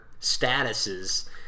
statuses